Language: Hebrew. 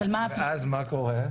ואז מה קורה?